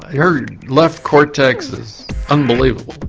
her left cortex is unbelievable,